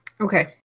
Okay